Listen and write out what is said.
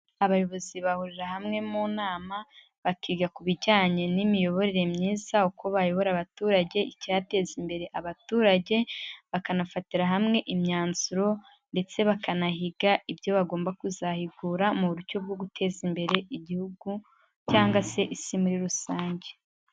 Abayobozi bahurira hamwe mu nama bakiga ku bijyanye n'imiyoborere myiza, uko bayobora abaturage, icyateza imbere abaturage, bakanafatira hamwe imyanzuro ndetse bakanahiga ibyo bagomba kuzahigura mu buryo bwo guteza imbere Igihugu, cyangwa se isi muri rusange.